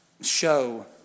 show